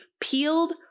peeled